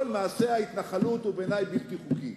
כל מעשה ההתנחלות הוא בעיני בלתי חוקי.